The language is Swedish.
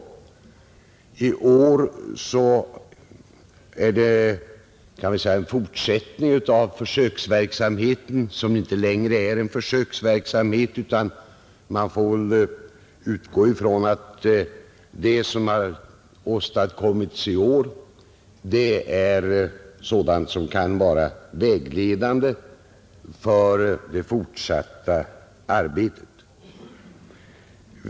Årets granskningsarbete kan sägas vara en fortsättning av denna verksamhet, som inte längre är en försöksverksamhet. Man får väl i stället utgå från att den granskning som har utförts i år kan vara vägledande för det fortsatta arbetet.